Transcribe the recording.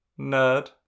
Nerd